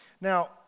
Now